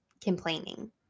complaining